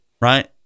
right